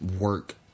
work